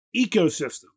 ecosystem